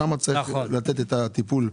שמה צריך לתת את הטיפול,